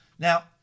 Now